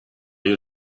you